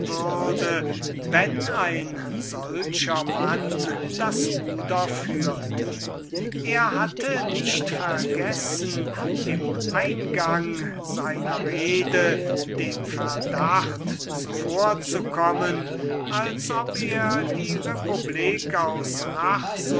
wenn ein solcher mann das ruder führte er hatte nicht vergessen im eingang seines diskurses dem verdacht vorzukommen als ob er die republiken aus